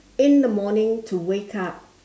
in the morning to wake up